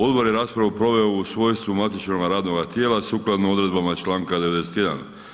Odbor je raspravu proveo u svojstvu matičnoga radnoga tijela sukladno odredbama članka 91.